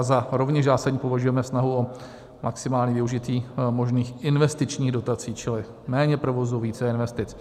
Za rovněž zásadní považujeme snahu o maximální využití možných investičních dotací, čili méně provozu, více investic.